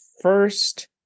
first